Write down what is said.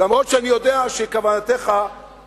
למרות שאני יודע שכוונותיך חיוביות,